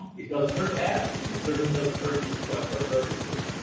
it doesn't hurt to ask, and it certainly doesn't hurt to request our services.